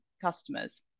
customers